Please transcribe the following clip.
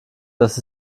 dass